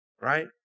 Right